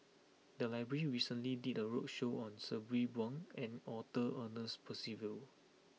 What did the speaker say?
the library recently did a roadshow on Sabri Buang and Arthur Ernest Percival